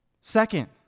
Second